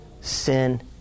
sin